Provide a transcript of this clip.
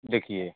देखिए